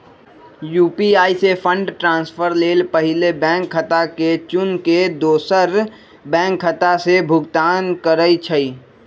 UPI से fund transfer लेल पहिले बैंक खता के चुन के दोसर बैंक खता से भुगतान करइ छइ